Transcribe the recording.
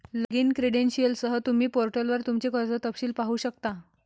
login क्रेडेंशियलसह, तुम्ही पोर्टलवर तुमचे कर्ज तपशील पाहू शकता